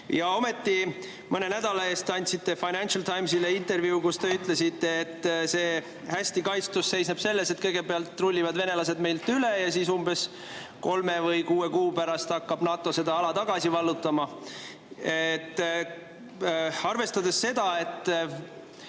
Ometi mõne nädala eest andsite Financial Timesile intervjuu, kus te ütlesite, et see hästi kaitstus seisneb selles, et kõigepealt rullivad venelased meilt üle ja siis umbes kolme või kuue kuu pärast hakkab NATO seda ala tagasi vallutama. Arvestades seda, et